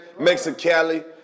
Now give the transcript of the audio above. Mexicali